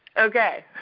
okay,